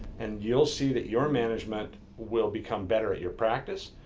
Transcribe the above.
and you'll see that your management will become better at your practice,